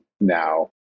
now